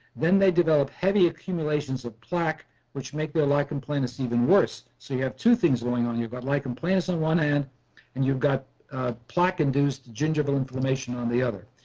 then they develop heavy accumulations of plaque which make the lichen planus even worse. so you have two things going on, you've got lichen planus on one hand and you've got a plaque induced gingival inflammation on the other.